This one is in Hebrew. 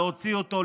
להוציא אותו,